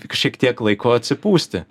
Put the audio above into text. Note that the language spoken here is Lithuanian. šiek tiek laiko atsipūsti